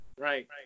right